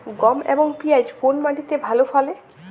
গম এবং পিয়াজ কোন মাটি তে ভালো ফলে?